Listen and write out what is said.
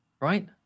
right